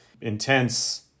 intense